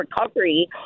recovery